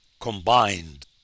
combined